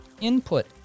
Input